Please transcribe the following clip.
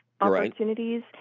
opportunities